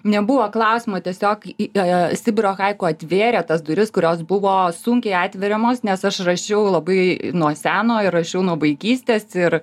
nebuvo klausimo tiesiog į sibiro haiku atvėrė tas duris kurios buvo sunkiai atveriamos nes aš rašiau labai nuo seno ir rašiau nuo vaikystės ir